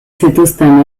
zituzten